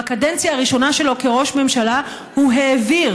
בקדנציה הראשונה שלו כראש ממשלה הוא העביר